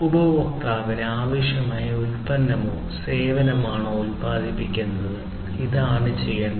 ഉപഭോക്താവിന് ആവശ്യമായ കൃത്യമായ ഉൽപ്പന്നമോ സേവനമോ ഉത്പാദിപ്പിക്കുന്നത് ഇതാണ് ചെയ്യേണ്ടത്